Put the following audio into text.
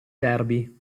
derby